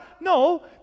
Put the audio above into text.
No